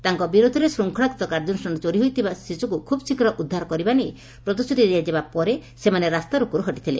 ତାଙ୍ଙ ବିରୋଧରେ ଶୃଙ୍ଖଳାଗତ କାର୍ଯ୍ୟାନୁଷ୍ଠାନ ଚୋରି ହୋଇଥିବା ଶିଶୁକୁ ଖୁବ୍ ଶୀଘ୍ର ଉଦ୍ଧାର କରିବା ନେଇ ପ୍ରତିଶ୍ରତି ଦିଆଯିବା ପରେ ସେମାନେ ରାସ୍ତାରୋକୋରୁ ହଟିଥିଲେ